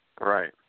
Right